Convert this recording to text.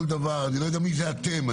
אני לא יודע מי זה אתם.